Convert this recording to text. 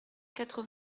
quatre